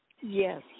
Yes